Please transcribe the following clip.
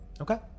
Okay